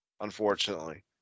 unfortunately